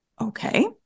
Okay